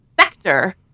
sector